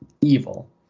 Evil